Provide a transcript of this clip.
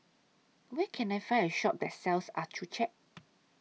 Where Can I Find A Shop that sells Accucheck